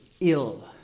ill